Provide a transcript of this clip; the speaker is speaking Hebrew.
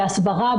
בהסברה,